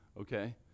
Okay